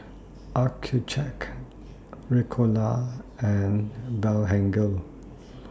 Accucheck Ricola and Blephagel